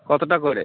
কতটা করে